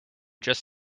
just